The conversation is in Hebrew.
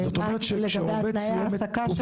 לגבי תנאי ההעסקה.